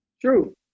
True